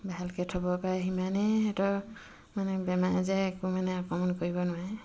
ভালকৈ থ'ব পাৰে সিমানেই সিহঁতৰ মানে বেমাৰ আজাৰে একো মানে আক্ৰমন কৰিব নোৱাৰে